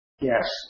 Yes